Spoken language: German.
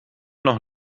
noch